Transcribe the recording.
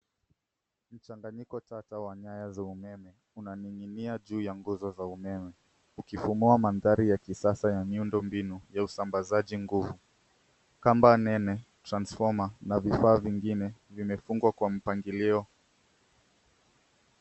Mchanganyiko tata wa nyaya za umeme unaninginia juu ya nguzo za umeme ukifunua mandhari ya kisasa ya miundo mbinu ya usambazaji nguvu. Kamba nene, transformer na vifaa vingine vimefungwa kwa mpangilio.